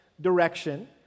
direction